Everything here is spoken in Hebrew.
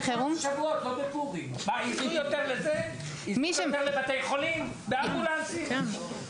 --- ייסעו יותר לבתי חולים באמבולנסים?